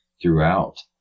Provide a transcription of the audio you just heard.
throughout